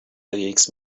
leagues